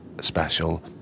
special